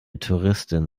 touristin